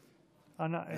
אז אנא.